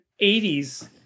80s